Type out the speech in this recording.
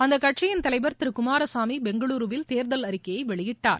அந்த கட்சியின் தலைவர் திரு குமாரசாமி பெங்களூருவில் தேர்தல் அறிக்கையை வெளியிட்டார்